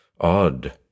odd